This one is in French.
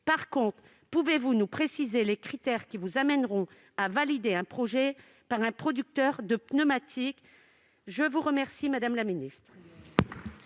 Mais pouvez-vous nous préciser les critères qui vous amèneront à valider un projet par un producteur de pneumatiques ? La parole est à Mme la ministre